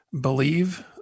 believe